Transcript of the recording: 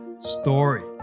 story